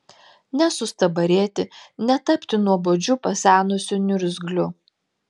nesustabarėti netapti nuobodžiu pasenusiu niurzgliu